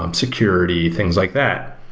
um security, things like that,